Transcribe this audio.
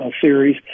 series